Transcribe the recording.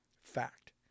fact